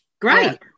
great